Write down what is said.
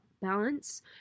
Balance